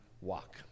walk